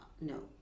No